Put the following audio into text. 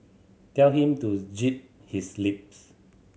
tell him to his lips